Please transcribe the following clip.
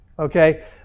Okay